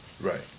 Right